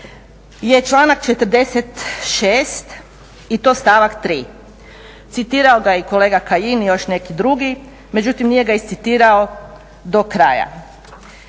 je članak 46. i to stavak 3. Citirao ga je i kolega Kajin i još neki drugi, međutim nije ga iscitirao do kraja.